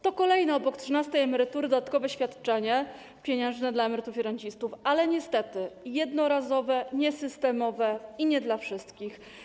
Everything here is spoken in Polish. To kolejne obok trzynastej emerytury dodatkowe świadczenie pieniężne dla emerytów i rencistów, ale niestety jednorazowe, niesystemowe i nie dla wszystkich.